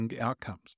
outcomes